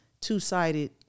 two-sided